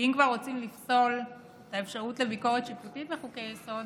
כי אם כבר רוצים לפסול את האפשרות לביקורת שיפוטית על חוקי-יסוד,